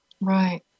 Right